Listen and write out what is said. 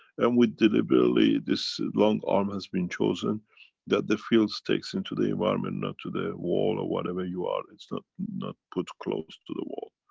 and we deliberately, this long arm has been chosen that the field takes into the environment, not to the wall or whatever you are. it's not, not put close to the wall.